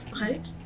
right